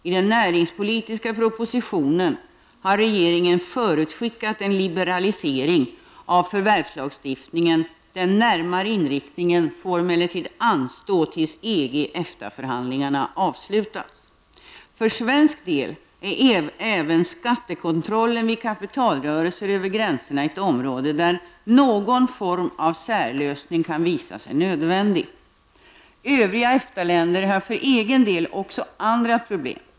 I den näringspolitiska proposition har regeringen förutskickat en liberalisering av förvärvslagstiftningen. Den närmare inriktningen får emellertid anstå tills EG/EFTA För svensk del är även skattekontrollen vid kapitalrörelser över gränserna ett område där någon form av särlösning kan visa sig nödvändig. Övriga EFTA-länder har för egen del också andra problem.